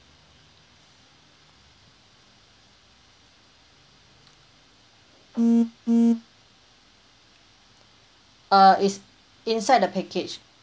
uh it's inside the package